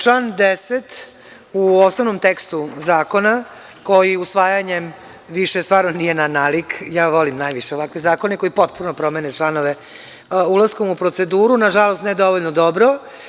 Član 10. u osnovnom tekstu zakona, koji usvajanjem više stvarno nije na nalik, ja volim najviše ovakve zakone koji potpuno promene članove ulaskom u proceduru, na žalost, ne dovoljno dobro.